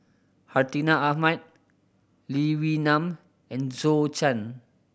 Hartinah Ahmad Lee Wee Nam and Zhou Can